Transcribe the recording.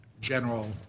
general